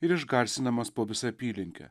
ir išgarsindamas po visą apylinkę